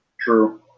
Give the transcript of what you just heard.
True